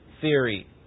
theory